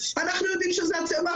הוא יידע לפקח גם על זה.